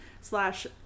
slash